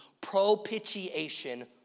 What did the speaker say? propitiation